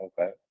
Okay